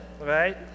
right